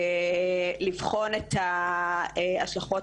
לבחון את ההשלכות